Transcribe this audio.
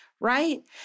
right